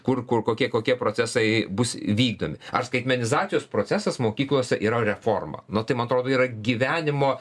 kur kur kokie kokie procesai bus vykdomi ar skaitmenizacijos procesas mokyklose yra reforma nu tai man atrodo yra gyvenimo